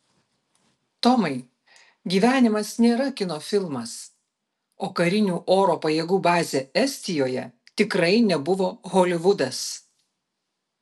tomai gyvenimas nėra kino filmas o karinių oro pajėgų bazė estijoje tikrai nebuvo holivudas